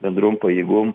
bendrom pajėgom